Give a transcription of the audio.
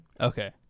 Okay